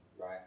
Right